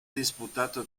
disputato